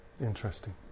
Interesting